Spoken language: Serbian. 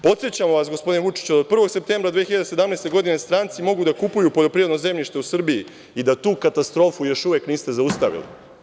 Podsećam vas, gospodine Vučiću, od 1. septembra 2017. godine stranci mogu da kupuju poljoprivredno zemljište u Srbiji, i da tu katastrofu još uvek niste zaustavili.